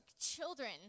children